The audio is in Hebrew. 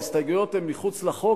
ההסתייגויות הן מחוץ לחוק,